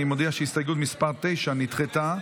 אני מודיע שהסתייגות מס' 9 נדחתה.